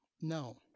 No